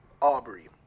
Aubrey